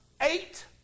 eight